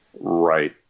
right